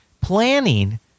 Planning